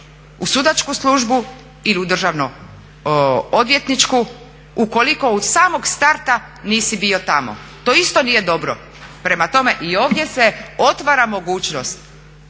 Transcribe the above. u sudačku službu ili u državno odvjetničku ukoliko od samog starta nisi bio tamo. To isto nije dobro. Prema tome, i ovdje se otvara mogućnost